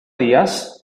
días